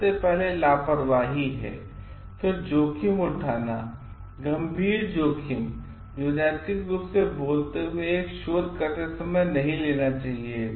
सबसे पहले लापरवाही है फिर जोखिम उठाना गंभीर जोखिम जो नैतिक रूप से बोलते हुए एक शोध करते समय नहीं लेना चाहिए